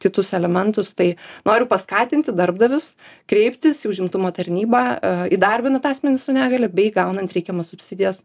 kitus elementus tai noriu paskatinti darbdavius kreiptis į užimtumo tarnybą įdarbinant asmenį su negalia bei gaunant reikiamas subsidijas